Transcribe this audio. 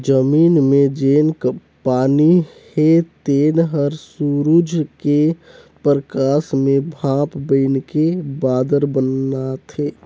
जमीन मे जेन पानी हे तेन हर सुरूज के परकास मे भांप बइनके बादर बनाथे